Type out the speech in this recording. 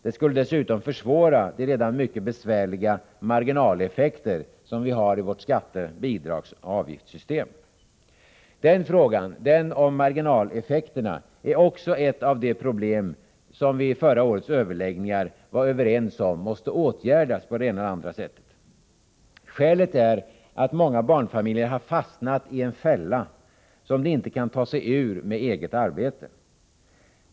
Det skulle dessutom försvåra de redan mycket besvärliga marginaleffekterna som vi har i vårt skatte-, bidragsoch avgiftssystem. Frågan om marginaleffekterna är också ett av de problem som vi vid förra årets överläggningar var överens om måste åtgärdas på det ena eller andra sättet. Skälet är att många barnfamiljer har fastnat i en fälla som de inte kan ta sig ur genom eget arbete.